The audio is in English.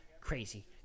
Crazy